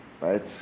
right